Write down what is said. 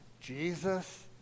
Jesus